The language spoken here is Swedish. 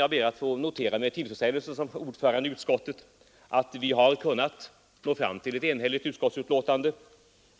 Jag ber att få notera med tillfredsställelse såsom ordförande i utskottet att vi har kunnat nå fram till ett enhälligt utskottsbetänkande.